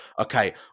okay